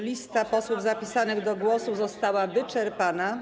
Lista posłów zapisanych do głosu została wyczerpana.